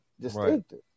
distinctive